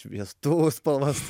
šviestuvų spalvas